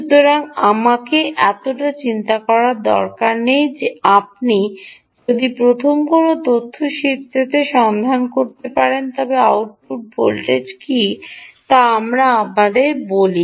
সুতরাং তটা চিন্তা করার দরকার নেই আপনি যদি প্রথম কোনও তথ্য শীটটিতে সন্ধান করতে পারেন তবে আউটপুট ভোল্টেজ কী তা আমাদের বলে